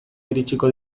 iritsiko